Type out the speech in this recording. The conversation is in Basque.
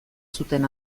zuten